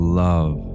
love